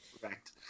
correct